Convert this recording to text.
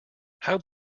how